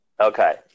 Okay